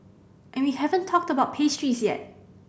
and we haven't talked about pastries yet